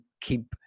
keep